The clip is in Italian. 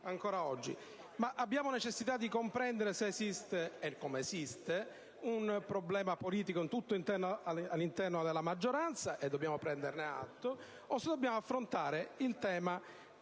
Abbiamo però necessità di comprendere se esiste - come esiste - un problema politico tutto all'interno della maggioranza, e quindi dobbiamo prenderne atto, o se dobbiamo affrontare il tema con